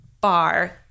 bar